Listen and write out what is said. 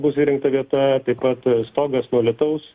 bus įrengta vieta taip pat stogas nuo lietaus